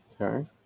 Okay